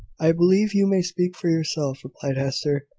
i believe you may speak for yourself, replied hester,